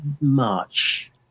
march